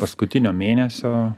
paskutinio mėnesio